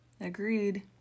Agreed